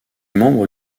membre